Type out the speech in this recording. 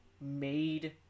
made